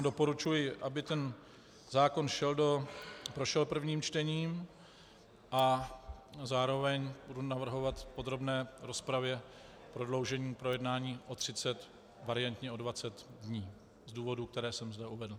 Doporučuji, aby ten zákon prošel prvním čtením, a zároveň budu navrhovat v podrobné rozpravě prodloužení projednání o 30, variantně o 20 dní z důvodů, které jsem zde uvedl.